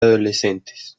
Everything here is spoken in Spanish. adolescentes